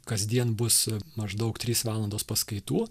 kasdien bus maždaug trys valandos paskaitų